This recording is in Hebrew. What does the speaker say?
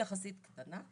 היא יחסית קטנה,